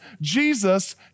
Jesus